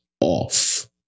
off